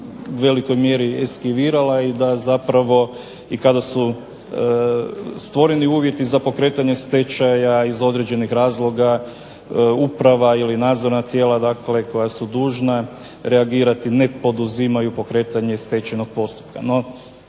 velikoj mjeri eskivirala i da zapravo i kada su stvoreni uvjeti za pokretanje stečaja iz određenih razloga, uprava ili nadzorna tijela, dakle koja su dužna reagirati ne poduzimaju pokretanje i stečajnog postupka.